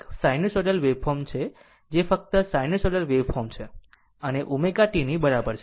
અને આ એક સાઈનુસાઇડલ વેવફોર્મ છે જે ફક્ત સાઈનુસાઇડલ વેવફોર્મ છે અને ω t ની બરાબર છે